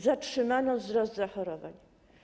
Zatrzymano wzrost zachorowań.